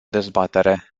dezbatere